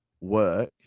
work